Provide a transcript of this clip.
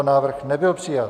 Návrh nebyl přijat.